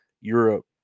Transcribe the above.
Europe